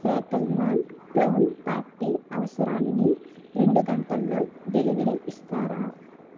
ఫ్యాకల్మాన్ clown party అవసరాలుని రెండు గంటల్లో డెలివరీ ఇస్తారా